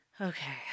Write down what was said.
Okay